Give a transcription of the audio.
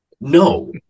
No